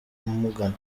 amugana